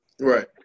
Right